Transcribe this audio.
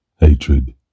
Hatred